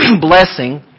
blessing